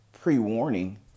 pre-warning